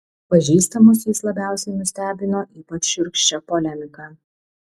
pažįstamus jis labiausiai nustebino ypač šiurkščia polemika